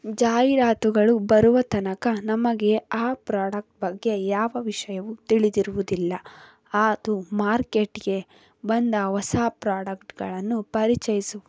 ಜಾಹೀರಾತುಗಳು ಬರುವ ತನಕ ನಮಗೆ ಆ ಪ್ರಾಡಕ್ಟ್ ಬಗ್ಗೆ ಯಾವ ವಿಷಯವೂ ತಿಳಿದಿರುವುದಿಲ್ಲ ಅದು ಮಾರ್ಕೆಟ್ಗೆ ಬಂದ ಹೊಸ ಪ್ರಾಡಕ್ಟ್ಗಳನ್ನು ಪರಿಚಯಿಸುವ